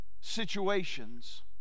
situations